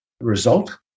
result